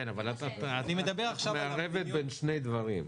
כן, אבל את מערבבת בין שני דברים.